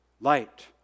light